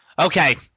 Okay